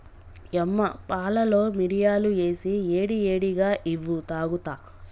యమ్మ పాలలో మిరియాలు ఏసి ఏడి ఏడిగా ఇవ్వు తాగుత